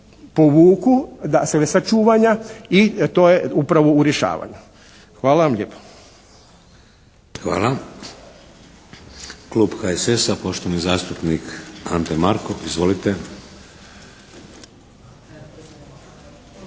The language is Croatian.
povuku sa čuvanja i to je upravo u rješavanju. Hvala vam lijepo. **Šeks, Vladimir (HDZ)** Hvala. Klub HSS-a, poštovani zastupnik Ante Markov. Izvolite.